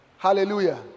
Hallelujah